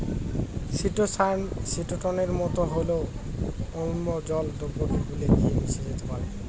chitosan চিটোনের মতো হলেও অম্ল জল দ্রাবকে গুলে গিয়ে মিশে যেতে পারে